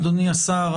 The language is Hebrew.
אדוני השר,